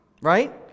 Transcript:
Right